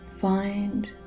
find